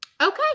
okay